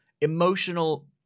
emotional